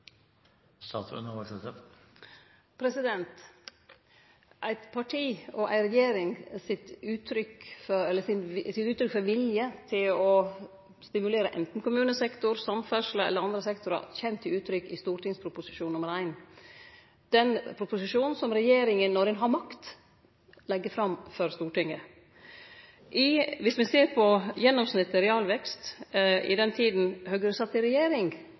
statsråden mener med at Høyre i sine alternative budsjetter har ligget under regjeringens forslag til rammer for kommunene i denne perioden. Eit parti og ei regjering sin vilje til å stimulere enten kommunesektor, samferdsle eller andre sektorar kjem til uttrykk i stortingsproposisjon nr. 1 som regjeringa legg fram for Stortinget. Viss me ser på gjennomsnittleg realvekst i den tida Høgre satt i regjering